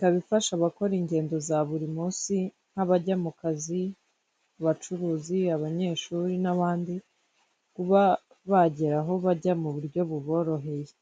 gikoresha amabara y'umweru n'ubururu kandi gitanga ubwishingizi bw'ubuzima, si ubuzima gusa kandi batanga ubwishingizi ku bintu bigiye bitandukanye, imitungo mu gihe umuntu imitungo yahuye n'ikibazo cyangwa se ikinyabiziga cye cyahuye n'impanuka baramufasha kugirango yongere asubirane ibyo yahombye.